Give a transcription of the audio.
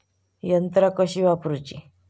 यंत्रा कशी वापरूची?